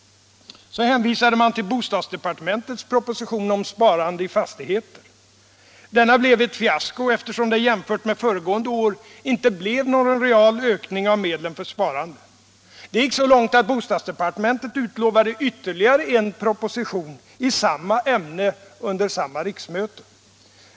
Så hänvisade man till bostadsdepartementets proposition om energisparande i fastigheter. Denna blev ett fiasko, eftersom det jämfört med föregående år inte blev någon realökning av medlen för sparande. Det gick så långt att bostadsdepartementet utlovade ytterligare en proposition i samma ämne under samma riksmöte.